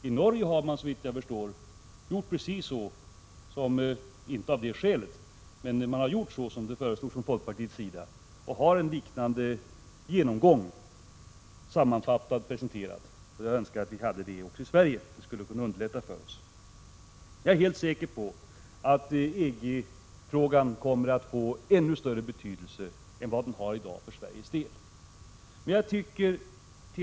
I Norge har man, såvitt jag förstår, gjort precis detta — inte av detta skäl, men man har gjort det som har föreslagits från folkpartiets sida — och har en liknande genomgång sammanfattad och presenterad. Jag önskar att vi hade det också i Sverige. Det skulle kunna underlätta för oss. Jag är helt säker på att EG-frågan kommer att få ännu större betydelse för — Prot. 1986/87:47 Sveriges del än vad den har i dag.